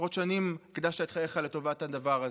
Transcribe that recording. עשרות שנים, קידשת את חייך לטובת הדבר הזה.